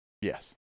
Yes